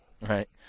Right